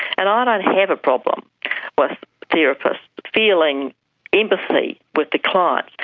and i don't have a problem with therapists feeling empathy with the clients,